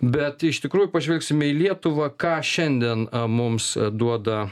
bet iš tikrųjų pažvelgsime į lietuvą ką šiandien mums duoda